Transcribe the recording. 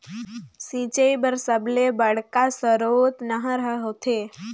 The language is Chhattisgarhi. सिंचई बर सबले बड़का सरोत नहर ह होथे